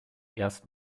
erst